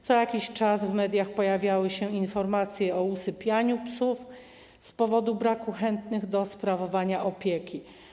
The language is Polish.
Co jakiś czas w mediach pojawiały się informacje o usypianiu psów z powodu braku chętnych do sprawowania nad nimi opieki.